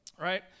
right